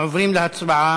ובכן, אנחנו עוברים להצבעה.